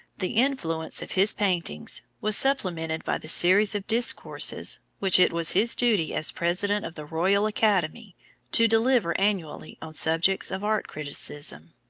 the influence of his paintings was supplemented by the series of discourses which it was his duty as president of the royal academy to deliver annually on subjects of art criticism.